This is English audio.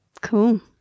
Cool